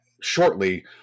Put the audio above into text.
shortly